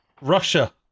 Russia